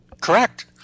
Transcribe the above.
Correct